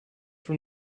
from